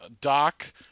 Doc